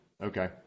Okay